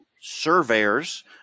surveyors